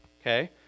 okay